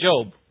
Job